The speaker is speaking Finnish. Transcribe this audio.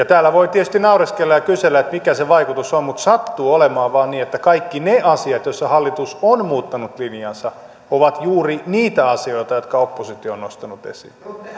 täällä voi tietysti naureskella ja kysellä mikä se vaikutus on mutta sattuu olemaan vain niin että kaikki ne asiat joissa hallitus on muuttanut linjaansa ovat juuri niitä asioita jotka oppositio on nostanut esiin